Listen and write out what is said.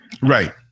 right